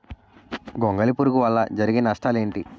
గొంగళి పురుగు వల్ల జరిగే నష్టాలేంటి?